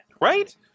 right